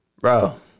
Bro